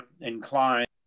inclined